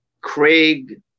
Craig